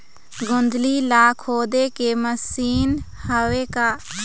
गोंदली ला खोदे के मशीन हावे का?